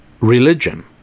religion